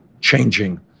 changing